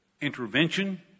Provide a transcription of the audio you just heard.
intervention